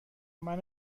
منو